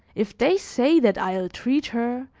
if they say that i ill-treat her,